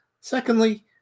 Secondly